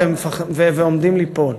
והם עומדים ליפול.